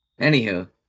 anywho